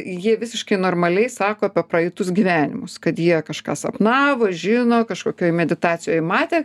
jie visiškai normaliai sako apie praeitus gyvenimus kad jie kažką sapnavo žino kažkokioj meditacijoj matė